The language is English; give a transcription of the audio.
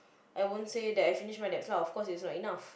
I wouldn't say that I finished my debts lah of course its not enough